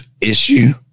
issue